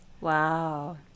Wow